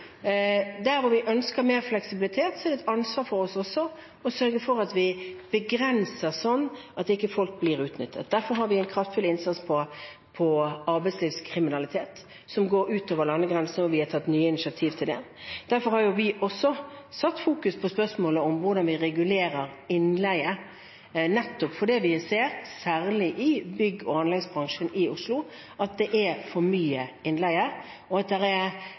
Der hvor vi ønsker mer fleksibilitet, er det et ansvar for oss å sørge for at vi også begrenser, sånn at ikke folk blir utnyttet. Derfor har vi en kraftfull innsats på arbeidslivskriminalitet, som går ut over landegrensene, og vi har tatt nye initiativ til det. Derfor har vi også fokusert på spørsmålet om hvordan vi regulerer innleie, nettopp fordi vi ser, særlig i bygg- og anleggsbransjen i Oslo, at det er for mye innleie, og at det er